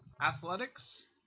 athletics